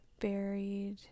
buried